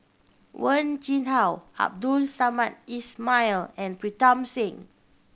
Wen Jinhua Abdul Samad Ismail and Pritam Singh